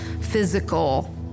physical